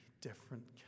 different